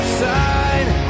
side